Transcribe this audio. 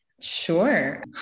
Sure